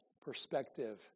perspective